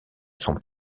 son